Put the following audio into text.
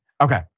Okay